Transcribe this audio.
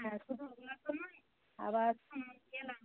হ্যাঁ শুধু ওগুলো তো নয় আবার